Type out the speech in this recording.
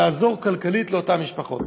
לעזור כלכלית לאותן משפחות.